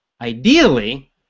ideally